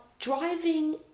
Driving